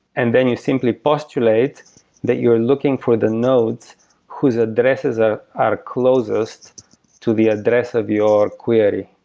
and then you simply postulate that you're looking for the nodes whose addresses ah are closest to the address of your query.